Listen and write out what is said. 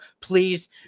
please